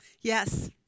Yes